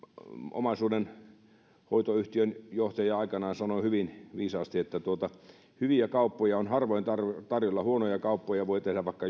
omaisuudenhoitoyhtiön johtaja aikanaan sanoi hyvin viisaasti että hyviä kauppoja on harvoin tarjolla huonoja kauppoja voi tehdä vaikka